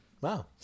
Wow